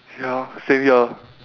ya same here